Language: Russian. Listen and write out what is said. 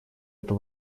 это